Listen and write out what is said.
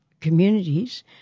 communities